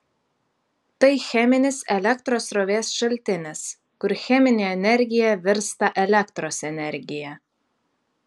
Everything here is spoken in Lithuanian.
tai cheminis elektros srovės šaltinis kur cheminė energija virsta elektros energija